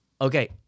okay